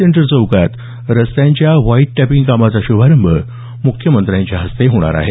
centre चौकात रस्त्यांच्या white topping कामाचा श्भारंभ मुख्यमंत्र्यांच्या हस्ते होणार आहे